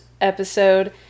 episode